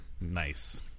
Nice